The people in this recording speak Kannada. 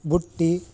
ಬುಟ್ಟಿ